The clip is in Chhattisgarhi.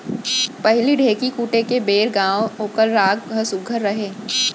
पहिली ढ़ेंकी कूटे के बेर गावयँ ओकर राग ह सुग्घर रहय